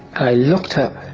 i looked up,